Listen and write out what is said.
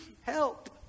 help